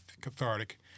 cathartic